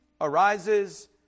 arises